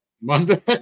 Monday